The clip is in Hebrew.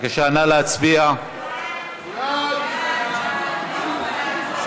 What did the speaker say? התשע''ז 2017, לוועדת החוקה,